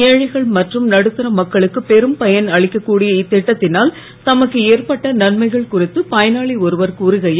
ஏழைகள் மற்றும் நடுத்தர மக்களுக்கு பெரும் பயன் அளிக்கக்கூடிய இத்திட்டத்தினால் தமக்கு ஏற்பட்ட நன்மைகள் குறித்து பயனாளி ஒருவர் கூறுகையில்